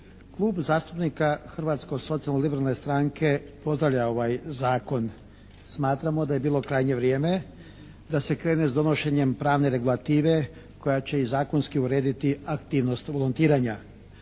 Klub zastupnika Hrvatsko socijalno liberalne stranke pozdravlja ovaj Zakon. Smatramo da je bilo krajnje vrijeme da se krene s donošenjem pravne regulative koja će i zakonski urediti aktivnost volontiranja.